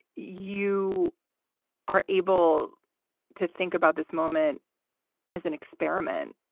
you are able to think about this moment as an experiment